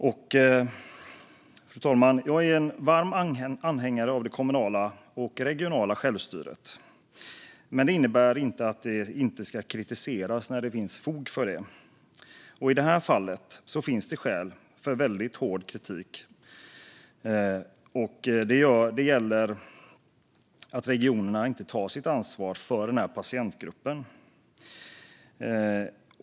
Jag är, fru talman, en varm anhängare av det kommunala och regionala självstyret, men det innebär inte att det inte ska kritiseras när det finns fog för det. I detta fall finns det skäl till väldigt hård kritik. Regionerna tar inte sitt ansvar för denna patientgrupp.